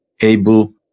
able